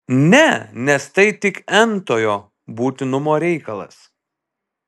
ne nes tai tik n tojo būtinumo reikalas